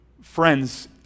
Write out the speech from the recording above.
Friends